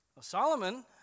Solomon